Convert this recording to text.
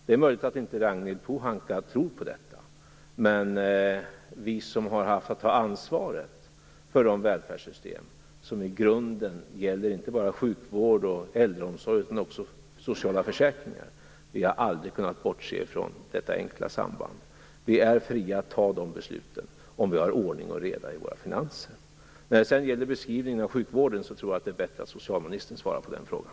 Det är möjligt att Ragnhild Pohanka inte tror på detta, men vi som har haft att ta ansvaret för de välfärdssystem som i grunden gäller inte bara sjukvård och äldreomsorg utan också sociala försäkringar har aldrig kunnat bortse från detta enkla samband. Vi är fria att ta de besluten om vi har ordning och reda i våra finanser. När det sedan gäller beskrivningen av sjukvården är det bättre att socialministern svarar på den frågan.